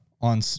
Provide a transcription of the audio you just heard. on